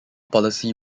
policy